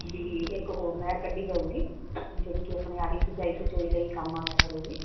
ਵੀ ਇੱਕ ਹੋਰ ਨਹਿਰ ਕੱਢੀ ਜਾਊਗੀ ਵੀ ਜਿਹੜੀ ਕਿ ਆਪਣੇ ਆਹੀ ਸਿੰਚਾਈ ਸੁੰਚਈ ਲਈ ਕੰਮ ਆਇਆ ਕਰੂਗੀ